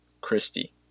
Christie